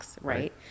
Right